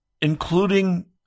including